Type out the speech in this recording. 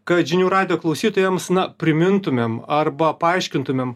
kad žinių radijo klausytojams na primintumėm arba paaiškintumėm